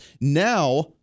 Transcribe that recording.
Now –